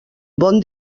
bon